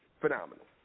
Phenomenal